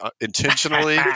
intentionally